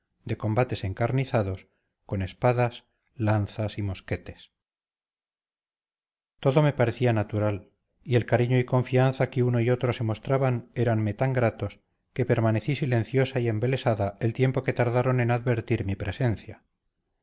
de combates encarnizados con espadas lanzas y mosquetes todo me parecía natural y el cariño y confianza que uno y otro se mostraban éranme tan gratos que permanecí silenciosa y embelesada el tiempo que tardaron en advertir mi presencia